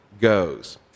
goes